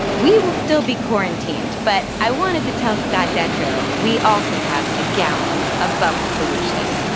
we will still be quarantined, but i wanted to tell scott detrow we also have a gallon of bubble solution.